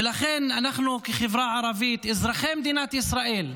ולכן, אנחנו כחברה ערבית, אזרחי מדינת ישראל,